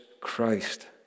Christ